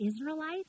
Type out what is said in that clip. Israelites